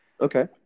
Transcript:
okay